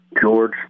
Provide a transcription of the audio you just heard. George